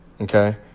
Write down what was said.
okay